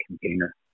container